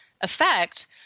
effect